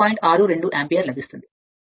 62 ampere లభిస్తుంది